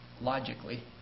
logically